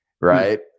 Right